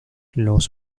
los